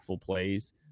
plays